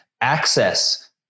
access